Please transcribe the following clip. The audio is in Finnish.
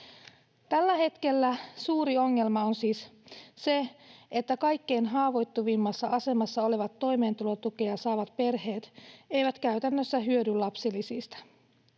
Tällä hetkellä suuri ongelma on siis se, että kaikkein haavoittuvimmassa asemassa olevat toimeentulotukea saavat perheet eivät käytännössä hyödy lapsilisistä.